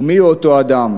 ומיהו אותו אדם?